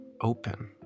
open